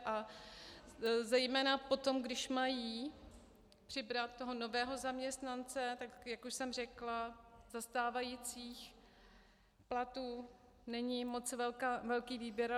A zejména potom, když mají přibrat nového zaměstnance, tak jak už jsem řekla, za stávajících platů není moc velký výběr.